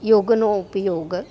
યોગનો ઉપયોગ